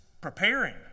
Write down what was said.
preparing